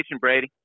Brady